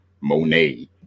Monet